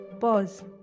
pause